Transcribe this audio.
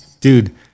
dude